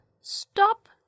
stop